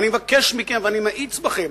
ואני מבקש מכם ואני מאיץ בכם: